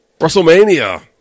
wrestlemania